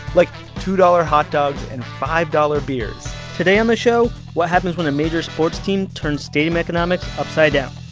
like two dollars hot dogs and five dollars beers today on the show, what happens when a major sports team turns stadium economics upside down